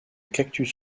cactus